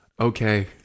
Okay